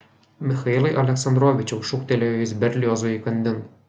michailai aleksandrovičiau šūktelėjo jis berliozui įkandin